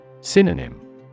Synonym